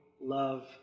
love